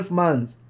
months